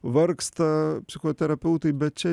vargsta psichoterapeutai bet čia